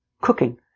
cooking